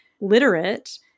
literate